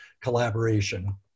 collaboration